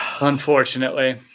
Unfortunately